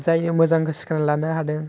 जायनो मोजां सिखायना लानो हादों